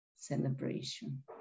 celebration